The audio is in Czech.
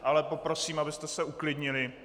Ale poprosím, abyste se uklidnili.